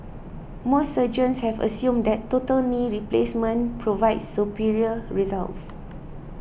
most surgeons have assumed that total knee replacement provides superior results